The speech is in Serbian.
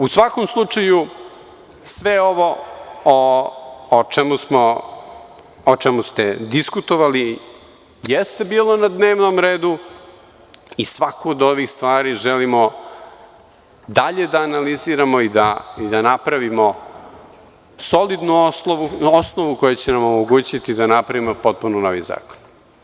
U svakom slučaju, sve ovo o čemu ste diskutovali jeste bilo na dnevnom redu i svaku od ovih stvari želimo dalje da analiziramo i da napravimo solidnu osnovu koja će nam omogućiti da napravimo potpuno novi zakon.